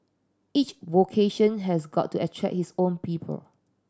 each vocation has got to attract its own people